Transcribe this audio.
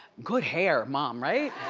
good hair, mom, right?